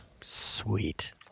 Sweet